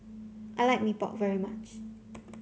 I like Mee Pok very much